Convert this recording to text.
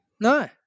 No